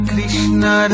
Krishna